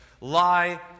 lie